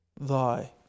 thy